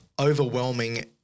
overwhelming